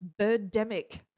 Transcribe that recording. Birdemic